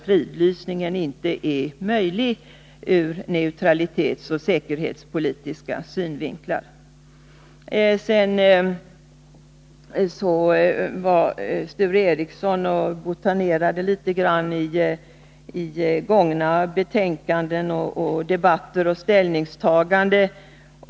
fridlysningen inte är möjlig ur neutralitetsoch säkerhetspolitiska synvinklar. Sture Ericson botaniserade litet grand i gamla betänkanden, debatter och ställningstaganden.